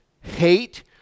Hate